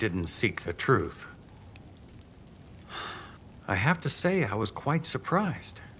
didn't seek the truth i have to say i was quite surprised